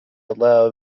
allow